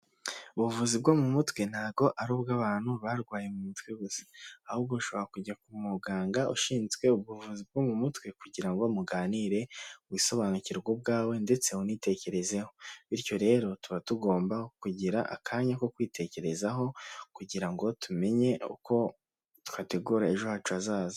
Ubuvuzi bwo mu mutwe ntabwo ari ubw'abantu barwaye mutwe gusa, ahubwo bushobora kujya muganga ushinzwevuzi bwo mu mutwe kugira ngo muganire wisobanukirwa ubwawe ndetse unitekerezeho bityo rero tuba tugomba kugira akanya ko kwitekerezaho kugira ngo tumenye uko twategura ejo hacu hazaza.